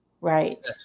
Right